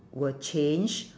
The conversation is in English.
will change